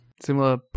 Similar